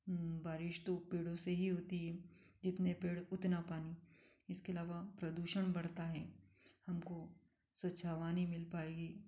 बारिश तो पेड़ों से ही होती है जितने पेड़ उतना पानी इसके अलावा प्रदूषण बढ़ता है हमको स्वच्छ हवा नहीं मिल पाएगी